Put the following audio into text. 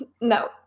No